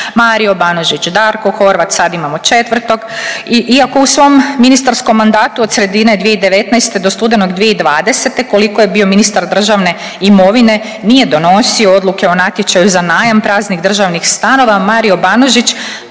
Mario Banožić, Darko Horvat sad imamo četvrtog i iako u svom ministarskom mandatu od sredine 2019. do studenog 2020. koliko je bio ministar državne imovine nije donosio odluke o natječaju za najam praznih državnih stanova Mario Banožić